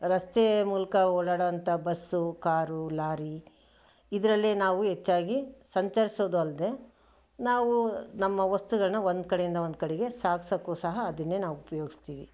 ರಸ್ತೆ ಮೂಲಕ ಓಡಾಡೋಂಥ ಬಸ್ಸು ಕಾರು ಲಾರಿ ಇದರಲ್ಲೇ ನಾವು ಹೆಚ್ಚಾಗಿ ಸಂಚರಿಸೋದು ಅಲ್ಲದೇ ನಾವು ನಮ್ಮ ವಸ್ತುಗಳನ್ನು ಒಂದು ಕಡೆಯಿಂದ ಒಂದು ಕಡೆಗೆ ಸಾಗಿಸೋಕ್ಕೂ ಸಹ ಅದನ್ನೇ ನಾವು ಉಪಯೋಗಿಸ್ತೀವಿ